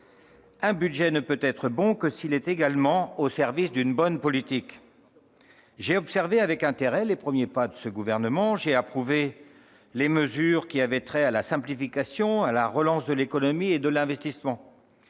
un budget ne peut être bon que s'il est, également, au service d'une bonne politique. J'ai observé avec intérêt les premiers pas de ce gouvernement et j'ai approuvé les mesures qui avaient trait à la simplification et à la relance de l'économie et de l'investissement.